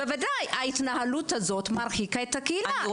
ההתנהלות הזאת מרחיקה את הקהילה,